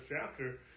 chapter